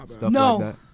no